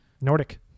Nordic